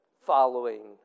following